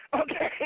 Okay